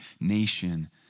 nation